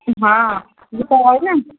हा हू त आहे न